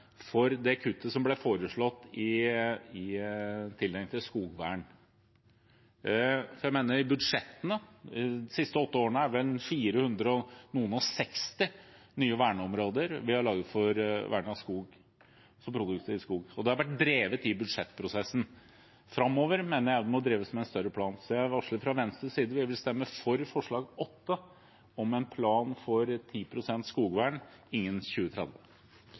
det kuttet som ble foreslått i tildeling til skogvern. I budsjettene de siste åtte årene har vi laget rundt 460 nye verneområder for vern av skog, produktiv skog, og det har vært drevet i budsjettprosessen. Framover mener jeg det må drives med en større plan, så jeg varsler fra Venstres side at vi vil stemme for forslag nr. 8, om en plan for 10 pst. skogvern innen 2030.